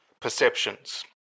perceptions